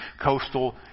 coastal